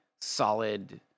solid